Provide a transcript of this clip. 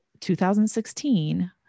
2016